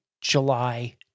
July